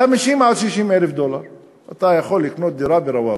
ב-50,000 60,000 דולר אתה יכול לקנות דירה ברוואבי.